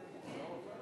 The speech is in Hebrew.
אדוני